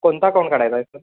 कोणता फोम काढायचा आहे सर